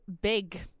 big